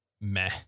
meh